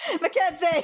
Mackenzie